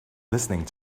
listening